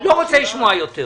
לא רוצה לשמוע יותר.